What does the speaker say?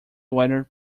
wider